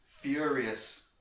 furious